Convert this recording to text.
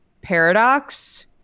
Paradox